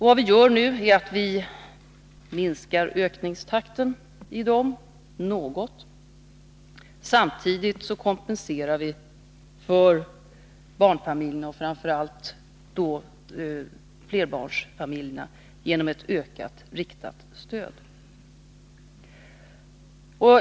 Vad vi nu föreslår är att vi skall minska ökningstakten något. Samtidigt kompenserar vi barnfamiljerna och framför allt flerbarnsfamiljerna genom ett ökat, riktat stöd.